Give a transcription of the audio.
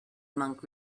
monk